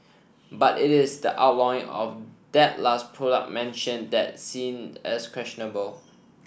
but it is the outlawing of that last product mentioned that's seen as questionable